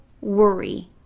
worry